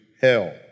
hell